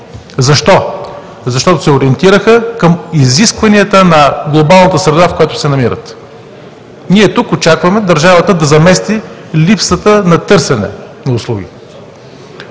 Защо? Защото се ориентираха към изискванията на глобалната среда, в която се намират. Ние тук очакваме държавата да замести липсата на търсене на услугите.